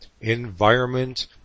environment